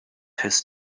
his